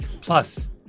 Plus